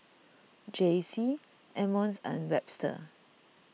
Jaycie Emmons and Webster